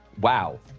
wow